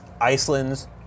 Iceland's